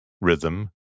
Rhythm